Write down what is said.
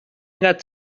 انقدر